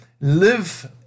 live